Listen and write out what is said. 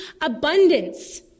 abundance